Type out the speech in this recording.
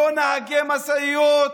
לא נהגי משאיות,